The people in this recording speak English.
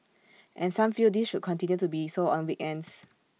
and some feel this should continue to be so on weekends